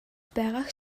байгааг